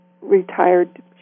retired